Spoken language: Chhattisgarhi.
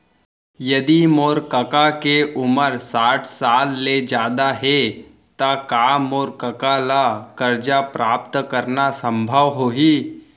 यदि मोर कका के उमर साठ साल ले जादा हे त का मोर कका ला कर्जा प्राप्त करना संभव होही